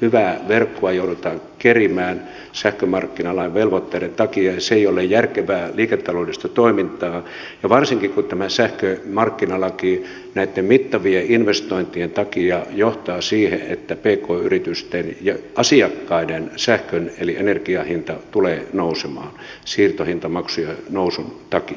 hyvää verkkoa joudutaan kerimään sähkömarkkinalain velvoitteiden takia ja se ei ole järkevää liiketaloudellista toimintaa varsinkaan kun tämä sähkömarkkinalaki näitten mittavien investointien takia johtaa siihen että pk yritysten ja asiakkaiden sähkön eli energian hinta tulee nousemaan siirtohintamaksujen nousun takia